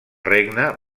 regne